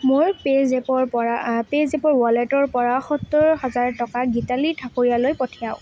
মোৰ পে'জেপৰ পৰা পে'জেপৰ ৱালেটৰ পৰা সত্তৰ হাজাৰ টকা গীতালি ঠাকুৰীয়ালৈ পঠিয়াওক